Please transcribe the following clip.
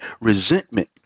Resentment